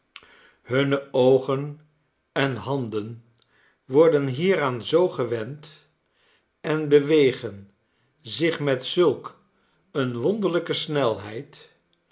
hunne oogen en handen worden hieraan zoo gewend en bewegen zich met zulk eene wonderlijke snelheid